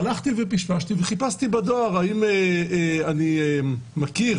הלכתי ופשפשתי וחיפשתי בדואר האם אני מכיר